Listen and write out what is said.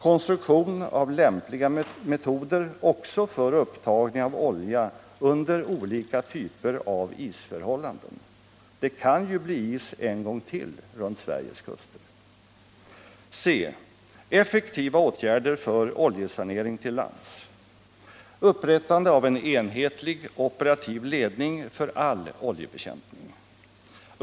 Konstruktion av lämpliga metoder också för upptagning av olja under olika typer av isförhållanden — det kan ju bli is en gång till runt Sveriges kuster. C. Effektiva åtgärder för oljesanering till lands: Upprättande av en enhetlig operativ ledning för all oljebekämpning.